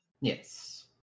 Yes